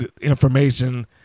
information